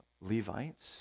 Levites